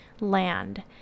land